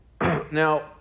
Now